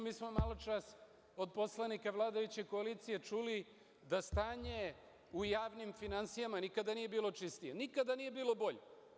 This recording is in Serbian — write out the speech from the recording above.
Mi smo maločas od poslanika vladajuće koalicije čuli da stanje u javnim finansijama nikada nije bilo čistije, nikada nije bilo bolje.